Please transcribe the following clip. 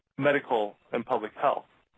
medical and public health.